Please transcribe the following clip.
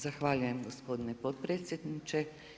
Zahvaljujem gospodine potpredsjedniče.